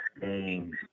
games